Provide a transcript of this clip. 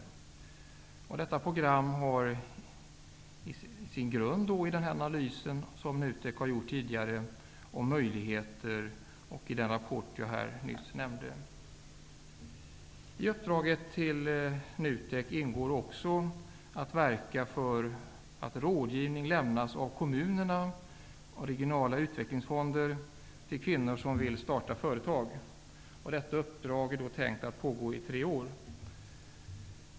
Grunden för detta program är dels den analys som NUTEK tidigare har gjort och som gäller olika möjligheter, dels den rapport som jag nyss nämnde. I uppdraget till NUTEK ingår också att man skall verka för att rådgivning lämnas av kommunerna och av regionala utvecklingsfonder till kvinnor som vill starta företag. Beträffande detta uppdrag är det tänkt att arbetet skall pågå i tre år.